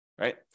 right